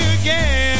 again